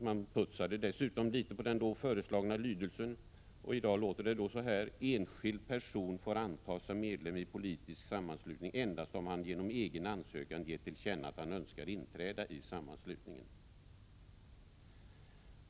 Man putsade dessutom litet på den föreslagna lydelsen. I dag låter det så här: ”En enskild person får antas som medlem i politisk sammanslutning endast om han genom egen ansökan gett till känna att han önskar inträda i sammanslutningen.